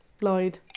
Lloyd